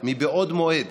מבעוד מועד